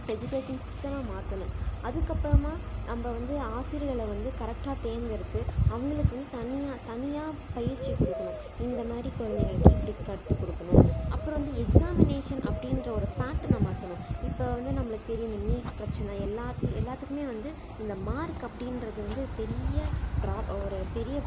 education சிஸ்டமை மாற்றணும் அதுக்கப்புறமா நம்ப வந்து ஆசிரியர்களை வந்து கரெக்டாக தேர்ந்தெடுத்து அவங்களுக்கு வந்து தனியாக தனியா பயிற்சி கொடுக்குணும் இந்த மாதிரி குழந்தைங்களுக்கு இப்படி கற்று கொடுக்குணும் அப்புறோம் வந்து எக்சாமினேஷன் அப்படின்ற ஒரு பேட்டர்னை மாற்றணும் இப்போ வந்து நம்மளுக்கு தெரியும் இந்த நீட் பிரச்சனை எல்லாத்தி எல்லாத்துக்குமே வந்து இந்த மார்க் அப்படின்றது வந்து ஒரு பெரிய ட்ரா ஒரு பெரிய